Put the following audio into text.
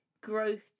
growth